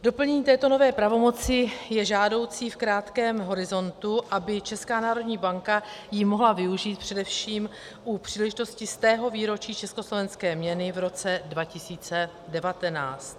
Doplnění této nové pravomoci je žádoucí v krátkém horizontu, aby ji Česká národní banka mohla využít především u příležitosti 100. výročí československé měny v roce 2019.